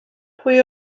pwy